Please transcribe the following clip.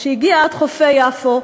שהגיע עד חופי יפו,